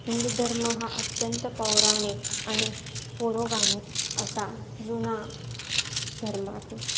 हिंदू धर्म हा अत्यंत पौराणिक आणि पुरोगामी असा जुना धर्म आहे